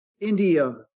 India